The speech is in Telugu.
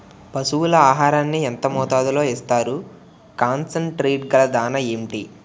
పశువుల ఆహారాన్ని యెంత మోతాదులో ఇస్తారు? కాన్సన్ ట్రీట్ గల దాణ ఏంటి?